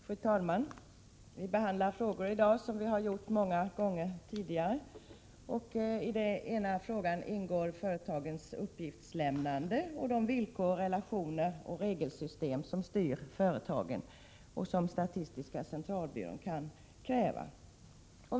Fru talman! Vi behandlar i dag frågor som vi har haft uppe många gånger tidigare. I den ena frågan ingår företagens uppgiftslämnande och de villkor, relationer och regelsystem som styr företagen och som statistiska centralbyrån kan kräva.